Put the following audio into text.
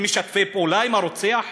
הם משתפי פעולה עם הרוצח?